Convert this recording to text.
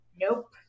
Nope